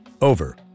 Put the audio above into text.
over